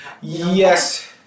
Yes